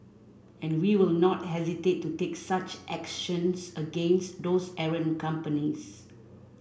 and we will not hesitate to take such actions against those errant companies